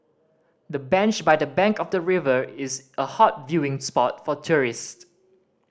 the bench by the bank of the river is a hot viewing spot for tourist